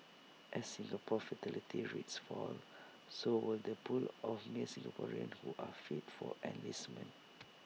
as Singapore's fertility rate falls so will the pool of male Singaporeans who are fit for enlistment